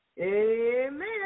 Amen